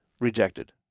rejected